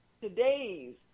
today's